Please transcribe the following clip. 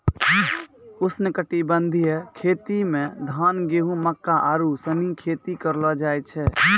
उष्णकटिबंधीय खेती मे धान, गेहूं, मक्का आरु सनी खेती करलो जाय छै